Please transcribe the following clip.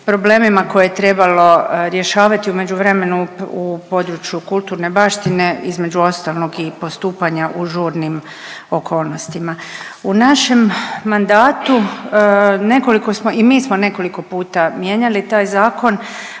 koje je trebalo rješavati u međuvremenu u području kulturne baštine između ostalog i postupanja u žurnim okolnostima. U našem mandatu nekoliko smo i mi smo nekoliko puta mijenjali taj zakon